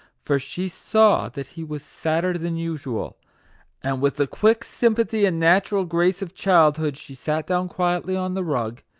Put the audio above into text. for she saw that he was sadder than usual and with the quick sympathy and natural grace of child hood she sat down quietly on the rug,